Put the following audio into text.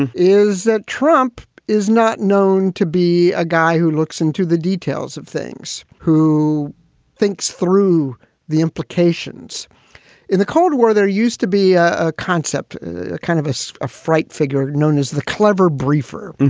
and is that trump is not known to be a guy who looks into the details of things. who thinks through the implications in the cold war, there used to be a concept kind of as a fright figure known as the clever briefer,